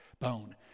bone